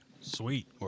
Sweet